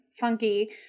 funky